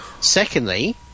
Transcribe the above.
secondly